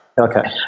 Okay